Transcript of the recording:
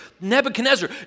Nebuchadnezzar